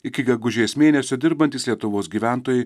iki gegužės mėnesio dirbantys lietuvos gyventojai